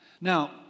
Now